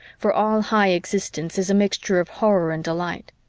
for all high existence is a mixture of horror and delight.